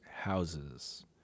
houses